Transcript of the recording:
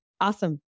Awesome